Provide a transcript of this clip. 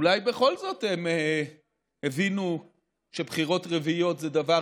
אולי בכל זאת הם הבינו שבחירות רביעיות זה דבר